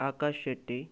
Akash Shetty